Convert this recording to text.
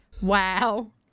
Wow